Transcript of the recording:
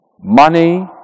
Money